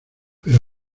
pero